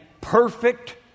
perfect